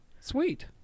Sweet